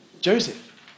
Joseph